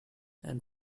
and